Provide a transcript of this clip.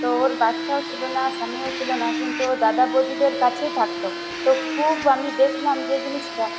তো ওর বাচ্চাও ছিল না স্বামীও ছিল না কিন্তু ও দাদা বৌদিদের কাছেই থাকতো তো খুব আমি দেখলাম যে জিনিসটা